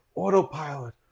Autopilot